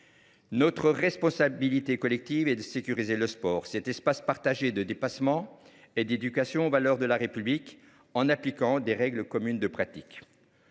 Notre responsabilité collective est de sécuriser le sport, cet espace partagé de dépassement et d’éducation aux valeurs de la République, en appliquant des règles communes de pratique.